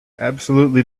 absolutely